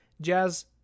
Jazz